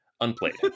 Unplayed